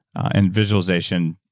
and visualization,